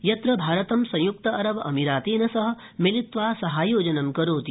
यत्र भारतं संयुक्त अरब अमारातेन सह मिलित्वा सहायोजन करोति